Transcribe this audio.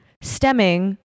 stemming